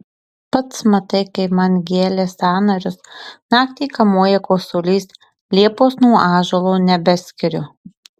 pats matai kaip man gelia sąnarius naktį kamuoja kosulys liepos nuo ąžuolo nebeskiriu